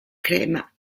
crema